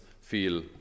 feel